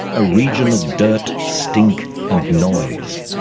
a region of dirt, stink and noise.